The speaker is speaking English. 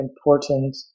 important